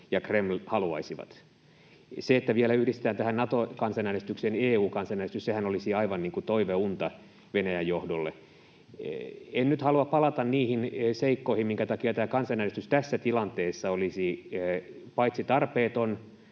ja Kreml haluaisivat. Se, että vielä yhdistetään tähän Nato-kansanäänestykseen EU-kansanäänestys, sehän olisi aivan niin kuin toiveunta Venäjän johdolle. En nyt halua palata niihin seikkoihin, minkä takia tämä kansanäänestys tässä tilanteessa olisi paitsi tarpeeton